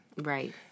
Right